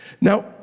Now